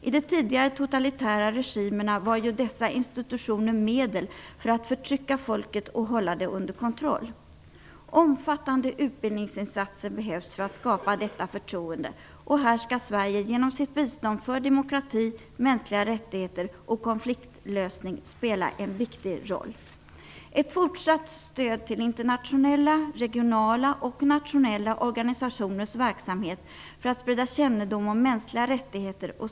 I de tidigare totalitära regimerna var ju dessa institutioner medel för att förtrycka folket och hålla det under kontroll. Omfattande utbildningsinsatser behövs för att skapa detta förtroende. Här skall Sverige genom sitt bistånd för demokrati, mänskliga rättigheter och konfliktlösning spela en viktig roll. Att ge fortsatt stöd till internationella, regionala och nationella organisationers verksamheter för att sprida kännedom om mänskliga rättigheter är en angelägen uppgift.